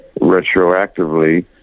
retroactively